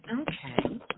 Okay